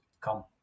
come